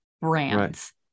brands